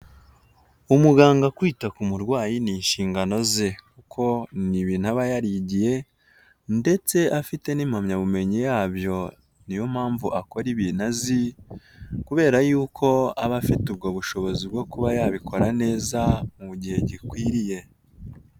Umuganga kwita ku murwayi ni inshingano ze kuko ntibintu aba yarigiye ndetse afite n'impamyabumenyi yabyo niyo mpamvu akora ibintu azi kubera yuko aba afite ubwo bushobozi bwo kuba yabikora neza mu gihe gikwiriye.